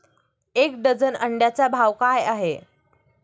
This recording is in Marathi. एक डझन अंड्यांचा भाव काय आहे?